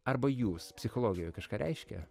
arba jūs psichologijoj kažką reiškia